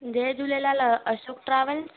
जय झुलेलाल अ अशोक ट्रावेल्स